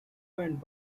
refined